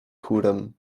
chórem